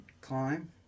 climb